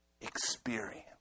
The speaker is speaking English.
experience